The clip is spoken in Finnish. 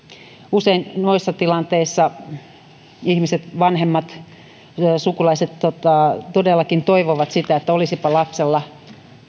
usein noissa tilanteissa ihmiset vanhemmat ja sukulaiset todellakin toivovat että olisipa lapsella